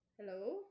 hello